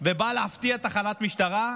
ובא להפתיע תחנת משטרה?